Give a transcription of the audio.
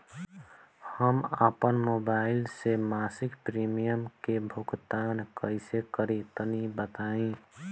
हम आपन मोबाइल से मासिक प्रीमियम के भुगतान कइसे करि तनि बताई?